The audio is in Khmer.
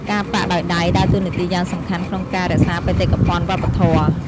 ការប៉ាក់ដោយដៃដើរតួនាទីយ៉ាងសំខាន់ក្នុងការ រក្សាបេតិកភណ្ឌវប្បធម៌។